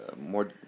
more